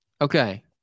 Okay